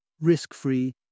risk-free